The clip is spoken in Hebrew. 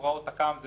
שזה